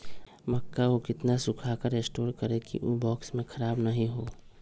मक्का को कितना सूखा कर स्टोर करें की ओ बॉक्स में ख़राब नहीं हो?